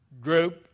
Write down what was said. group